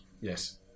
yes